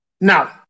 now